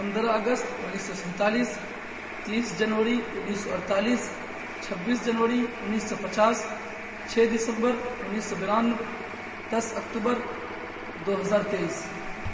پندرہ اگست انیس سو سینتالیس تیس جنوری انیس سو اڑتالیس چھبیس جنوری انیس سو پچاس چھ دسمبر انیس سو بانوے دس اکتوبر دو ہزار تیئس